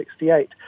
1968